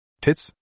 Tits